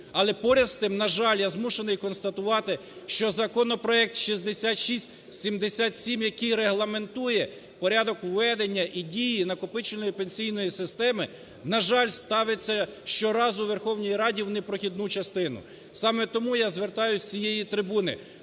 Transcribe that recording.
Але поряд з тим, на жаль, я змушений констатувати, що законопроект 6677, який регламентує порядок введення і дії накопичувальної пенсійної системи, на жаль, ставиться щоразу у Верховній Раді у непрохідну частину. Саме тому я звертаюся з цієї трибуни.